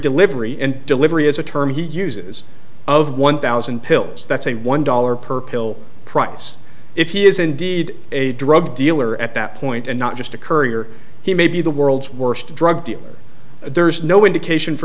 delivery and delivery is a term he uses of one thousand pills that's a one dollar per pill price if he is indeed a drug dealer at that point and not just a courier he may be the world's worst drug dealer there's no indication f